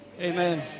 Amen